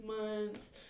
months